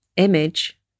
image